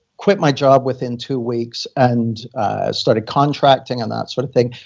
quit my job within two weeks, and started contracting, and that sort of thing,